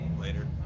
later